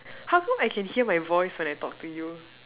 how come I can hear my voice when I talk to you